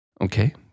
Okay